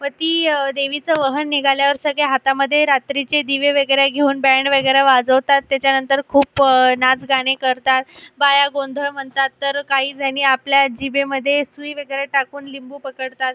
व ती देवीचं वाहन निघाल्यावर सगळे हातामध्ये रात्रीचे दिवे वगैरे घेऊन बँड वगैरे वाजवतात त्याच्यानंतर खूप नाचगाणे करतात बाया गोंधळ म्हणतात तर काहीजणी आपल्या जिभेमध्ये सुई वगैरे टाकून लिंबू पकडतात